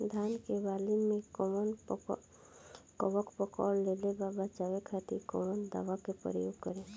धान के वाली में कवक पकड़ लेले बा बचाव खातिर कोवन दावा के प्रयोग करी?